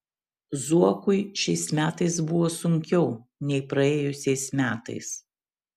zuokui šiais metais buvo sunkiau nei praėjusiais metais